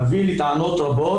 מביא לטענות רבות.